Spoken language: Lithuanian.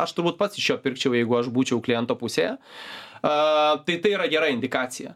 aš turbūt pats iš jo pirkčiau jeigu aš būčiau kliento pusėje a tai yra gera indikacija